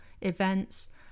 events